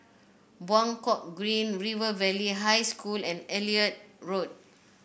Buangkok Green River Valley High School and Elliot Road